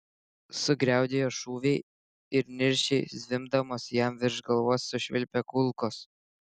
sugriaudėjo šūviai ir niršiai zvimbdamos jam virš galvos sušvilpė kulkos